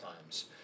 times